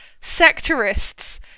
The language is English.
sectorists